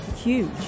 huge